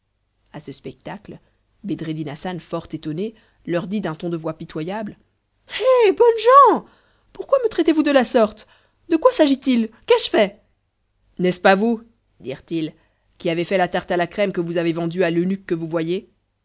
à ce spectacle bedreddin hassan fort étonné leur dit d'un ton de voix pitoyable hé bonnes gens pourquoi me traitez vous de la sorte de quoi s'agitil qu'ai-je fait n'est-ce pas vous dirent-ils qui avez fait la tarte à la crème que vous avez vendue à l'eunuque que vous voyez